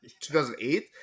2008